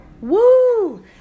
Woo